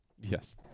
Yes